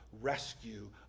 rescue